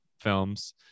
films